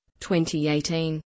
2018